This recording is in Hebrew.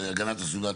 הגנת הסביבה,